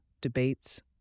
debates